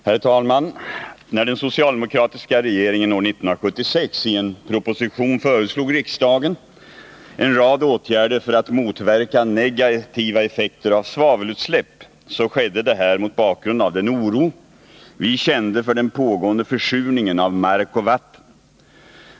Herr talman! När den socialdemokratiska regeringen år 1976 i en proposition föreslog riksdagen en rad åtgärder för att motverka negativa effekter av svavelutsläpp, skedde detta mot bakgrund av den oro vi kände för den pågående försurningen av mark och vatten.